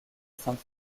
sainte